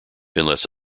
unless